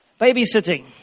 babysitting